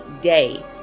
day